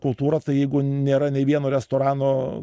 kultūrą tai jeigu nėra nei vieno restorano